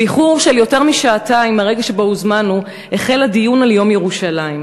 "באיחור של יותר משעתיים מהרגע שבו הוזמנו החל הדיון על יום ירושלים.